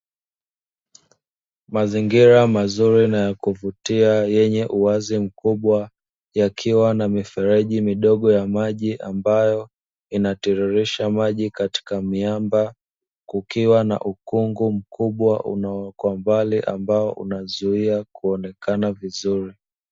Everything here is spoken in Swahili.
Mazingira mazuri na ya kuvutia yenye uwazi mkubwa, yakiwa na mifereji midogo ya maji ambayo inatiririsha maji katika miamba. Kukiwa na ukungu mkubwa kwa mbali ambao unazuia kuonekana vizuri.